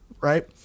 right